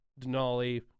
Denali